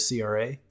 CRA